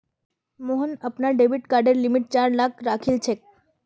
मोहन अपनार डेबिट कार्डेर लिमिट चार लाख राखिलछेक